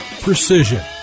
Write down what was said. precision